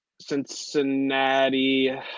Cincinnati